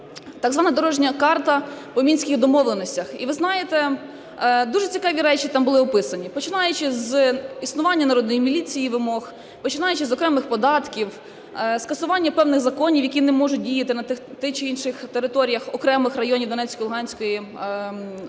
так звана дорожня карта по Мінських домовленостях. І, ви знаєте, дуже цікаві речі там були описані, починаючи з існування народної міліції вимог, починаючи з окремих податків, скасування певних законів, які не можуть діяти на тих чи інших територіях окремих районів Донецької і Луганської